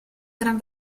gran